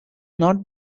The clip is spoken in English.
not